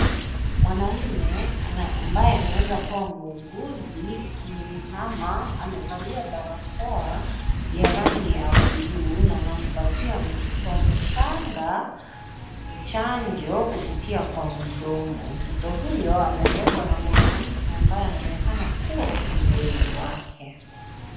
Mwanamme ambaye anaweza kuwa muuguzi ameiana amevalia barakoa ya rangi ya buluu na anampatia mtoto mchanga chanjo kupitia kwa mdomo. Mtoto huyo amebebwa na mwanamke ambaye anaonekana kuwa mlezi wake.